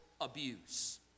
abuse